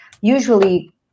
usually